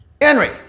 Henry